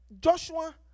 Joshua